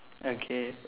okay